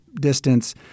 distance